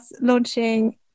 launching